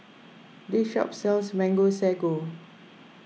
this shop sells Mango Sago